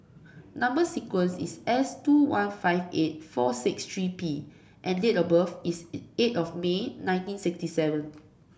number sequence is S two one five eight four six three P and date of birth is eight of May nineteen sixty seven